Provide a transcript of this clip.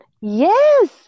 Yes